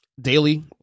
daily